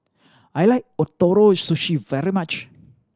I like Ootoro Sushi very much